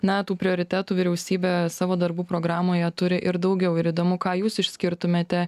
na tų prioritetų vyriausybė savo darbų programoje turi ir daugiau ir įdomu ką jūs išskirtumėte